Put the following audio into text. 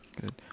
Good